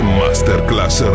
masterclass